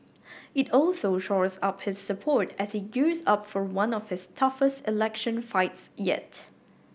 it also shores up his support as he gears up for one of his toughest election fights yet